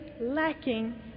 lacking